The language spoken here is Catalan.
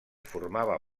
formava